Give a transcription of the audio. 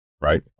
right